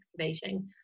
excavating